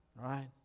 Right